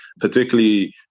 particularly